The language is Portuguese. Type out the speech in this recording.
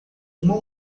uma